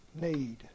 need